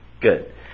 Good